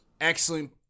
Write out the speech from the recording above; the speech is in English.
Excellent